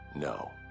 No